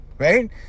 Right